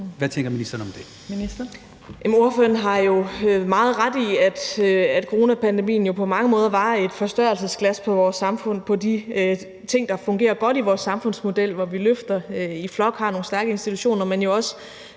og ældreministeren (Astrid Krag): Spørgeren har jo meget ret i, at coronapandemien på mange måder fungerede som et forstørrelsesglas på vores samfund, både med hensyn til de ting, der fungerer godt i vores samfundsmodel, hvor vi løfter i flok og har nogle stærke institutioner, men jo også